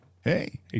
hey